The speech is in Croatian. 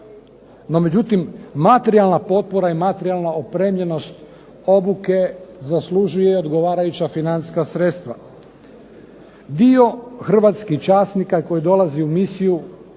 međutim, materijalna potpora i materijalna opremljenost obuke zaslužuje i određena financijska sredstva. Dio Hrvatskih časnika koji dolazi u misiju